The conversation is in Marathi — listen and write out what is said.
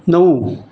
नऊ